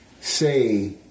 say